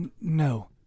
No